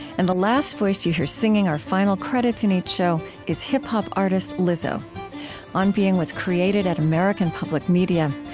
and the last voice that you hear singing our final credits in each show is hip-hop artist lizzo on being was created at american public media.